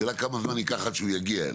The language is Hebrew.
השאלה כמה זמן ייקח עד שהוא יגיע אליי.